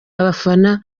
abafana